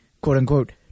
quote-unquote